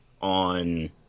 on